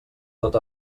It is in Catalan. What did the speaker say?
tot